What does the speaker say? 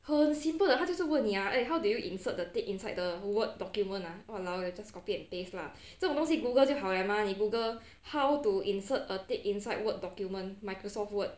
很 simple 的他就是问你 ah how did you insert the tick inside the word document ah !walao! eh just copy and paste lah 这种东西 google 就好 liao mah 你 google how to insert a tick inside word document microsoft word